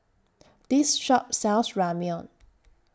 This Shop sells Ramyeon